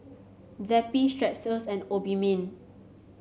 Zappy Strepsils and Obimin